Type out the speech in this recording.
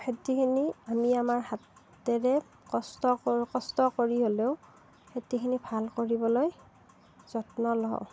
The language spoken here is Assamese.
খেতিখিনি আমি আমাৰ হাতেৰে কষ্ট কৰি কষ্ট কৰি হ'লেও খেতিখিনি ভাল কৰিবলৈ যত্ন লওঁ